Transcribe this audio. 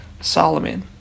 Solomon